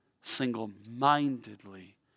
single-mindedly